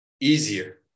easier